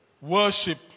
worship